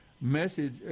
message